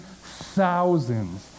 thousands